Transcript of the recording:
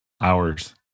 Hours